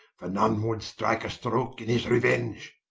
for none would strike a stroake in his reuenge.